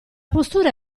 postura